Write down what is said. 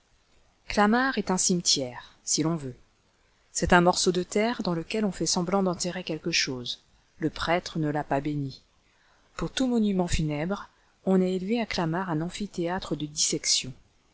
clamart est un cimetière si l'on veut c'est un morceau de terre dans lequel on fait semblant d'enterrer quelque chose le prêtre ne l'a pas béni pour tout monument funèbre on a élevé à clamart un amphithéâtre de dissection